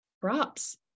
props